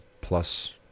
plus